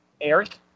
Eric